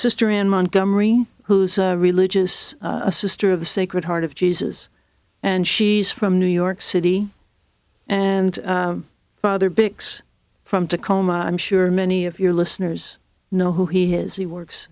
sister in montgomery who's religious a sister of the sacred heart of jesus and she's from new york city and the other big from tacoma i'm sure many of your listeners know who he is he works